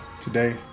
today